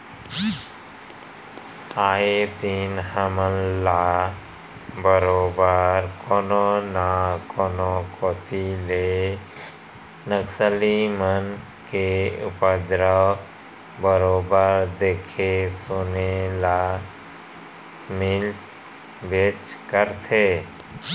आए दिन हमन ल बरोबर कोनो न कोनो कोती ले नक्सली मन के उपदरव बरोबर देखे सुने ल मिलबेच करथे